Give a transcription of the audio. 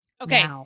Okay